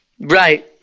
Right